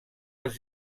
els